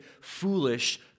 foolish